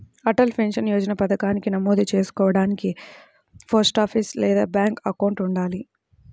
Atal pension Yojana పథకానికి నమోదు చేసుకోడానికి పోస్టాఫీస్ లేదా బ్యాంక్ అకౌంట్ ఉండాలి